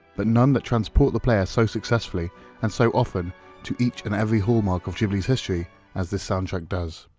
but none that transport the player so successfully and so often to each and every hallmark of ghibli's history as this soundtrack does.